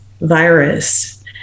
virus